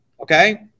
okay